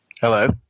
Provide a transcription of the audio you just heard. Hello